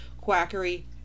quackery